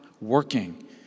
working